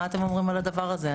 מה אתם אומרים על הדבר הזה?